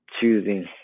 choosing